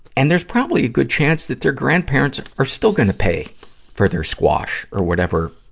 and there's probably a good chance that their grandparents are still gonna pay for their squash, or whatever